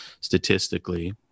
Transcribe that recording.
statistically